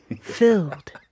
filled